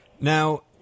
Now